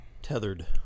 tethered